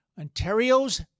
Ontario's